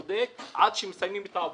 בודק, עד שמסיימים את העבודה.